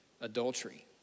adultery